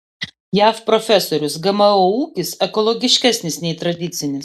jav profesorius gmo ūkis ekologiškesnis nei tradicinis